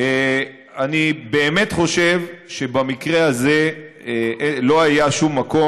אני באמת חושב שבמקרה הזה לא היה שום מקום,